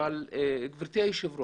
אבל גברתי היושבת ראש,